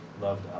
loved